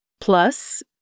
plus